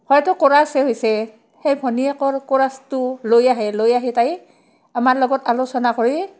হয়তো কৰাচে হৈছে সেই ভনীয়েকৰ কৰাচটো লৈ আহে লৈ আহি তাই আমাৰ লগত আলোচনা কৰি